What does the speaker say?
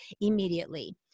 immediately